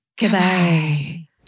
Goodbye